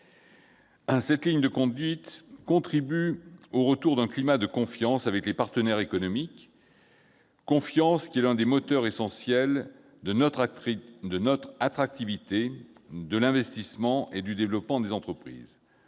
Cette ligne de conduite contribue au retour d'un climat de confiance avec les partenaires économiques, confiance qui est l'un des moteurs essentiels de notre attractivité, de l'investissement et du développement des entreprises.